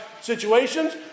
situations